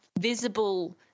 visible